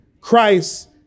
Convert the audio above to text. Christ